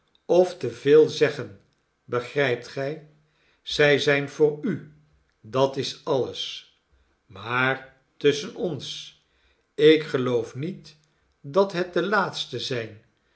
of te veel zeggen begrijpt gij zij zijn voor u dat is alles maar tusschen ons ik geloof niet dat het de laatste zijn